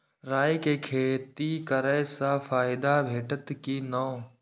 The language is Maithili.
राय के खेती करे स फायदा भेटत की नै?